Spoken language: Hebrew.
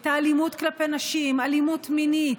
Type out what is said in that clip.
את האלימות כלפי נשים, אלימות מינית,